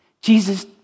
Jesus